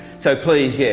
so please, yeah